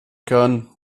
kann